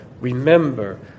remember